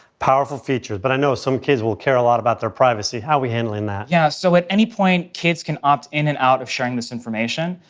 powerful features. but i know, some kids will care a lot about their privacy. how are we handling that? yeah. so at any point, kids can opt in and out of sharing this information.